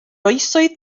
oesoedd